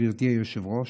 גברתי היושבת-ראש,